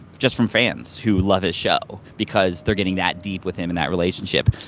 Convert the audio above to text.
just from fans who love his show. because they're getting that deep with him in that relationship.